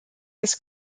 des